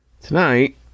Tonight